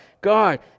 God